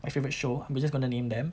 my favourite show I'm just going to name them